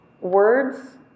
Words